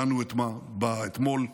ודנו בה אתמול בקבינט,